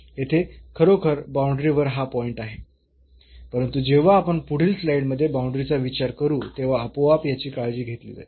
येथे खरोखर बाऊंडरीवर हा पॉईंट आहे परंतु जेव्हा आपण पुढील स्लाइडमध्ये बाऊंडरी चा विचार करू तेव्हा आपोआपच याची काळजी घेतली जाईल